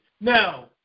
Now